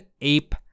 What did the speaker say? ape